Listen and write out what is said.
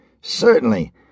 Certainly